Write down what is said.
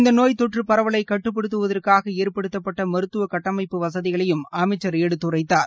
இந்த நோய் தொற்று பரவலை கட்டப்படுத்துவதற்காக ஏற்படுத்தப்பட்ட மருத்துவ கட்டமைப்பு வசதிகளையும் அமைச்சர் எடுத்துரைத்தார்